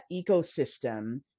ecosystem